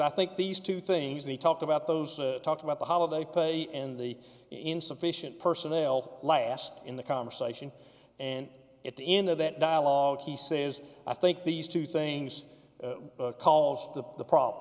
i think these two things we talked about those talked about the holiday pay and the insufficient personnel last in the conversation and at the end of that dialogue he says i think these two things called the problem